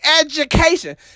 education